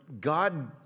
God